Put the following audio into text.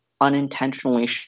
unintentionally